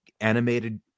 animated